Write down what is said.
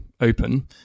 open